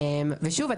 ושוב,